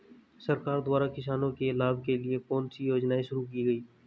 सरकार द्वारा किसानों के लाभ के लिए कौन सी योजनाएँ शुरू की गईं?